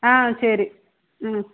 ஆ சரி ம்